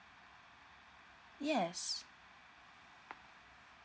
yes